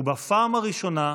ובפעם הראשונה,